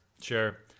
sure